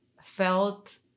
felt